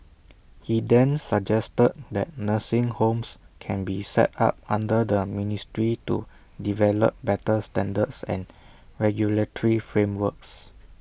he then suggested that nursing homes can be set up under the ministry to develop better standards and regulatory frameworks